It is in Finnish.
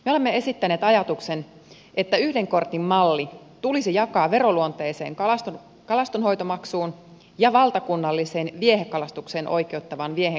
me olemme esittäneet ajatuksen että yhden kortin malli tulisi jakaa veroluonteiseen kalastonhoitomaksuun ja valtakunnalliseen viehekalastukseen oikeuttavaan viehekalastusmaksuun